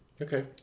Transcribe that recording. Okay